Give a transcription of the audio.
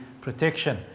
protection